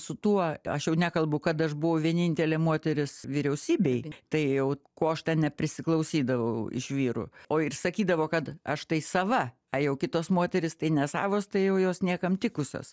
su tuo aš jau nekalbu kad aš buvau vienintelė moteris vyriausybėj tai jau ko aš ten neprisiklausydavau iš vyrų o ir sakydavo kad aš tai sava a jau kitos moterys tai nesavos tai jau jos niekam tikusios